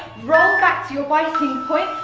roll back to your biting point.